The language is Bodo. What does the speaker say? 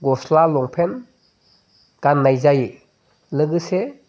गस्ला लंपेन्ट गाननाय जायो लोगोसे